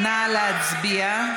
נא להצביע.